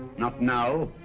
not now,